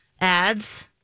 ads